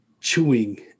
chewing